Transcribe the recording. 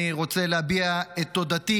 אני רוצה להביע את תודתי